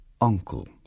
uncle